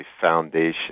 foundation